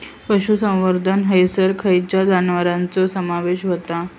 पशुसंवर्धन हैसर खैयच्या जनावरांचो समावेश व्हता?